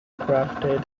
crafted